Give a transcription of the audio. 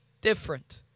different